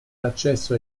l’accesso